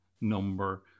number